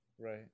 right